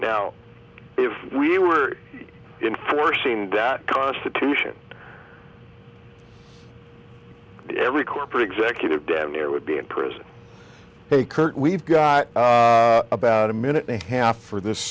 now if we were in for seemed that constitution every corporate executive damn near would be in prison a curt we've got about a minute and a half for this